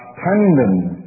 tendons